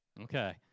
Okay